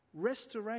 restoration